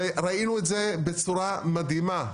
וראינו את זה בצורה מדהימה,